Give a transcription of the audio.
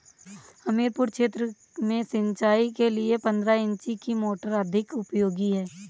हमीरपुर क्षेत्र में सिंचाई के लिए पंद्रह इंची की मोटर अधिक उपयोगी है?